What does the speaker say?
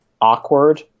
awkward